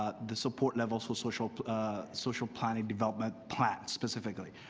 ah the support levels with social social planning development plats specifically.